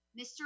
Mr